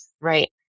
right